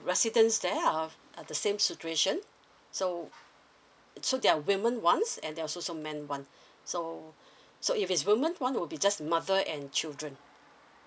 residents there are are the same situation so so they are women [ones] and there are also men [one] so so if it's women [one] will be just mother and children